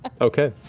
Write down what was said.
ah okay.